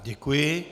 Děkuji.